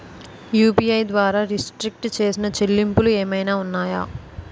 UPI ద్వారా restrict చేసిన చెల్లింపులు ఏమైనా ఉన్నాయా?